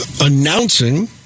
announcing